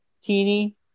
Teeny